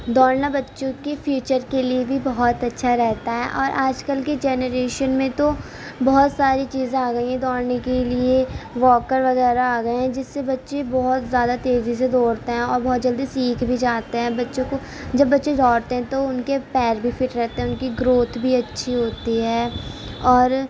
دوڑنا بچوں کے فیوچر کے لیے بھی بہت اچھا رہتا ہے اور آج کل کے جنریشن میں تو بہت ساری چیزیں آ گئی ہیں دوڑنے کے لیے واکر وغیرہ آگیے ہیں جس سے بچے بہت زیادہ تیزی سے دوڑتے ہیں اور بہت جلدی سیکھ بھی جاتے ہیں بچوں کو جب بچے دوڑتے ہیں تو ان کے پیر بھی فٹ رہتے ہیں ان کی گروتھ بھی اچھی ہوتی ہے اور